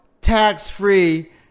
tax-free